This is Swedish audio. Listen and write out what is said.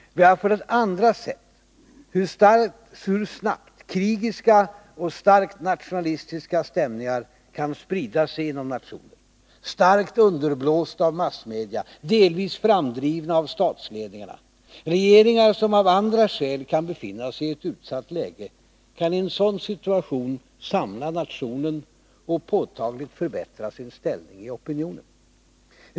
Vi har för det andra sett hur snabbt krigiska och starkt nationalistiska stämningar — kraftigt underblåsta av massmedia och delvis framdrivna av statsledningarna — kan sprida sig inom nationer. Regeringar som av andra skäl kan befinna sig i ett utsatt läge kan i en sådan situation samla nationen och påtagligt förbättra sin ställning i opinionen.